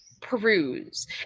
peruse